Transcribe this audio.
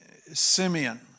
Simeon